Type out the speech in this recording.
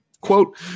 Quote